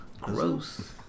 gross